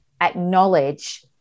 acknowledge